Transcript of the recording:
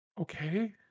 Okay